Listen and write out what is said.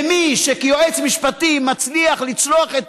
ומי שכיועץ משפטי מצליח לצלוח את